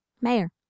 Mayor